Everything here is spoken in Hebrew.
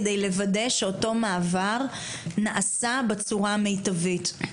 כדי לוודא שאותו מעבר נעשה בצורה המיטבית.